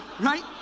Right